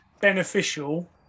beneficial